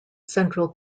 central